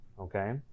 okay